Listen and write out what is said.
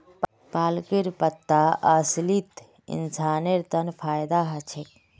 पालकेर पत्ता असलित इंसानेर तन फायदा ह छेक